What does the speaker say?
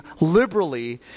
liberally